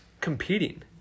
competing